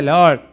Lord